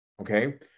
Okay